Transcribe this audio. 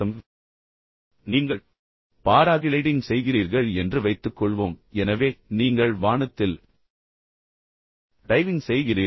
நான் இரண்டு உதாரணங்களை வைத்திருப்பது போல நீங்கள் பாராகிளைடிங் செய்கிறீர்கள் என்று வைத்துக்கொள்வோம் எனவே நீங்கள் வானத்தில் டைவிங் செய்கிறீர்கள்